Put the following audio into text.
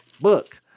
book